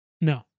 No